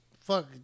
fuck